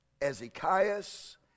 Ezekias